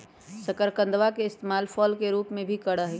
शकरकंदवा के इस्तेमाल फल के रूप में भी करा हई